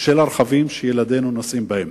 של הרכבים שילדינו נוסעים בהם.